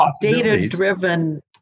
Data-driven